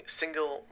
single